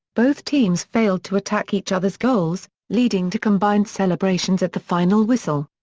both teams failed to attack each other's goals, leading to combined celebrations at the final whistle.